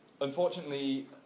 Unfortunately